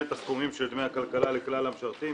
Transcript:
את הסכומים של דמי הכלכלה לכלל המשרתים.